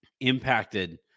impacted